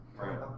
Right